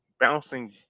bouncing